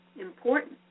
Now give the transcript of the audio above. important